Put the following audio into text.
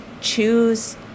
choose